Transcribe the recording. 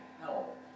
help